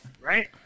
Right